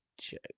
check